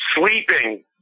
sleeping